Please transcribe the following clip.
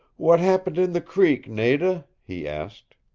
what happened in the creek, nada? he asked.